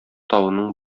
тавының